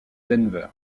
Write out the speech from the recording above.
denver